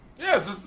Yes